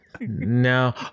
No